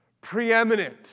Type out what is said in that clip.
preeminent